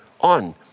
on